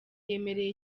yemereye